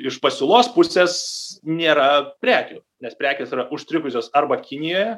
iš pasiūlos pusės nėra prekių nes prekės yra užstrigusios arba kinijoje